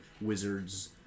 wizards